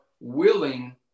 willing